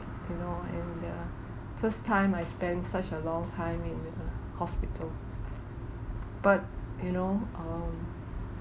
you know and uh first time I spend such a long time in uh hospital but you know um